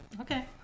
Okay